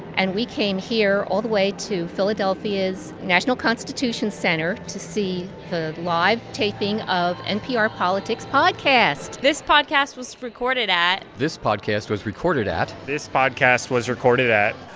and we came here all the way to philadelphia's national constitution center to see the live taping of npr politics podcast this podcast was recorded at. this podcast was recorded at. this podcast was recorded at.